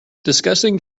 discussing